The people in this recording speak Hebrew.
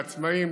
לעצמאים,